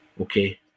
okay